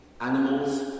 animals